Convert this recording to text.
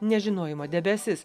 nežinojimo debesis